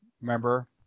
remember